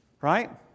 Right